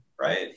right